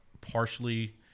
partially